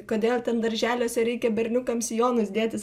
kodėl ten darželiuose reikia berniukam sijonus dėtis